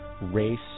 race